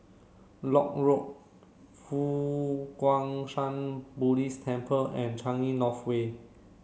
Lock Road Fo Guang Shan Buddha Temple and Changi North Way